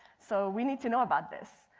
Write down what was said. so we need to know about this.